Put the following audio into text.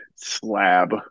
slab